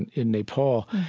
and in nepal.